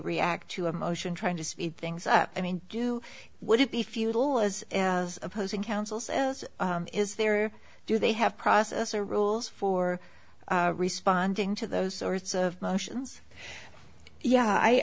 react to a motion trying to speed things up i mean you wouldn't be futile as opposing counsel says is there do they have process or rules for responding to those sorts of motions yeah